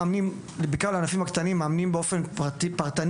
בעיקר לענפים הקטנים מאמנים באופן פרטי